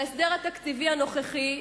בהסדר התקציבי הנוכחי,